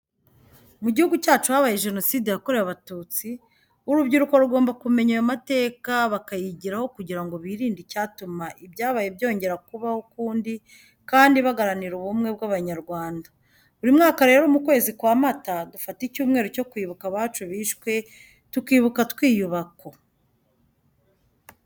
Mu gihugu cyacu habaye Jenoside yakorewe Abatutsi, urubyiruko rugomba kumenya ayo mateka bakayigiraho kugira ngo birinde icyatuma ibyabaye byongera kubaho ukundi kandi bagaranira ubumwe bw'Abanyarwanda. Buri mwaka rero mu kwezi kwa mata dufata icyumweru cyo kwibuka abacu bishwe tukibuka twiyubako.